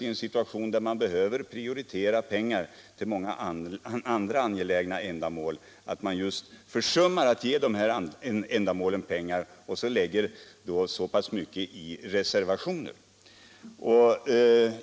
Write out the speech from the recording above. I en situation där pengar behöver prioriteras till många andra angelägna ändamål är det fel att försumma att ge pengar till just de ändamålen och i stället lägga Allmänpolitisk debatt Allmänpolitisk debatt 150 så pass mycket i reservationer.